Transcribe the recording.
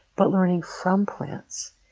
but learning from plants,